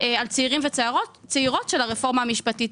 של צעירים וצעירות של הרפורמה המשפטית.